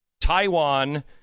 Taiwan